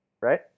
right